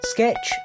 Sketch